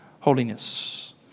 holiness